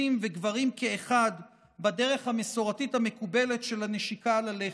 וגברים כאחד בדרך המסורתית המקובלת של הנשיקה על הלחי.